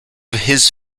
his